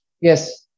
Yes